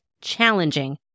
challenging